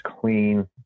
clean